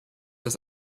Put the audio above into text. dass